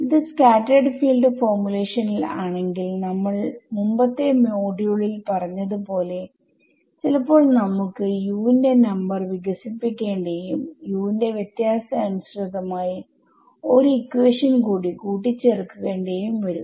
ഇത് scattered field formulation ൽ ആണെങ്കിൽ നമ്മൾ മുമ്പത്തെ മോഡ്യൂൾ ൽ പറഞ്ഞത് പോലെ ചിലപ്പോൾ നമുക്ക് Us ന്റെ നമ്പർ വികസിപ്പിക്കേണ്ടിയുംUs ന്റെ വ്യത്യാസത്തിന് അനുസൃതമായി ഒരു ഇക്വേഷൻ കൂടി കൂട്ടിച്ചേർക്കേണ്ടിയും വരും